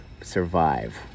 survive